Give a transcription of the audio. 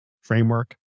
framework